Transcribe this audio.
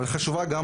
אבל חשובים גם